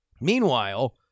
Meanwhile